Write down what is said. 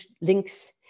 links